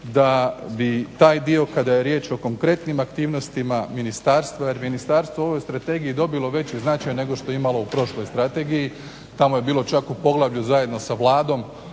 da bi taj dio kada je riječ o konkretnim aktivnostima ministarstva, jer ministarstvo u ovoj strategiji je dobilo veći značaj nego što je imalo u prošloj strategiji, tamo je bilo čak u poglavlju zajedno sa Vladom,